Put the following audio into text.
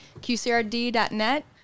QCRD.net